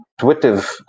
intuitive